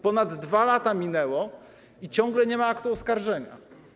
Ponad 2 lata minęło i ciągle nie ma aktu oskarżenia.